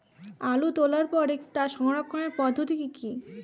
আলু তোলার পরে তার সংরক্ষণের পদ্ধতি কি কি?